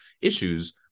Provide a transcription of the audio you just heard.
issues